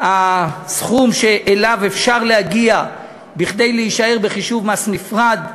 הסכום שאליו אפשר להגיע כדי להישאר בחישוב מס נפרד,